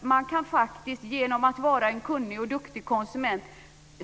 Man kan faktiskt, vill jag hävda, genom att vara en kunnig och duktig konsument